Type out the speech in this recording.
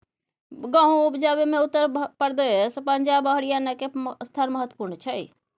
गहुम उपजाबै मे उत्तर प्रदेश, पंजाब आ हरियाणा के स्थान महत्वपूर्ण छइ